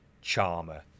charmer